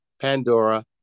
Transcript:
Pandora